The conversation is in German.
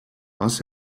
was